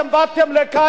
אתם באתם לכאן,